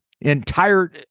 entire